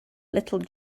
little